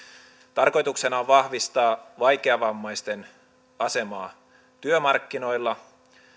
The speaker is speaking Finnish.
tarkoituksena on vahvistaa vaikeavammaisten asemaa työmarkkinoilla